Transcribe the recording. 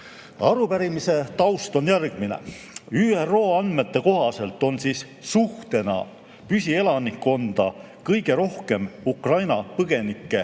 huvidele. Arupärimise taust on järgmine. ÜRO andmete kohaselt on suhtena püsielanikkonda kõige rohkem Ukraina põgenikke